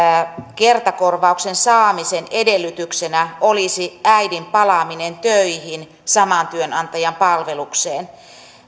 kertakorvauksen saamisen edellytyksenä olisi äidin palaaminen töihin saman työnantajan palvelukseen